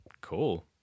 Cool